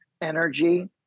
energy